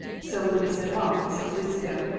so when we set off, six weeks ago,